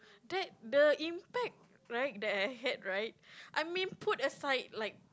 that the impact right that I had right I mean put aside like